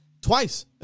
twice